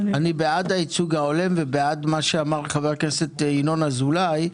אני בעד הייצוג ההולם ובעד מה שאמר חבר הכנסת ינון אזולאי,